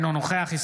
אינו נוכח אופיר כץ,